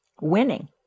winning